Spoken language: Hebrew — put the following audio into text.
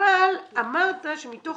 אבל אמרת שמתוך